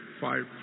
five